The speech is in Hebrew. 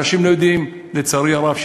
אנשים לא יודעים, לצערי הרב.